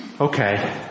okay